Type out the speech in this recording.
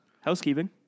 housekeeping